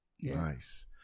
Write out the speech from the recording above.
Nice